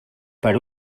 per